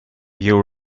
you